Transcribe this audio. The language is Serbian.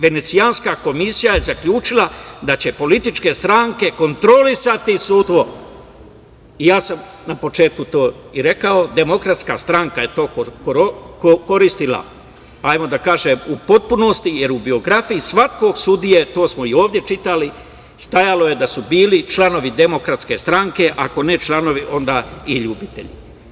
Venecijanska komisija je zaključila da će političke stranke kontrolisati sudstvo i ja sam na početku to i rekao, Demokratska stranka je to koristila, pa evo da kažem, u potpunosti, jer u biografiji svakog sudije, to smo i ovde čitali, stajalo je da su bili članovi Demokratske stranke, ako ne članovi, onda i ljubitelji.